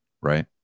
right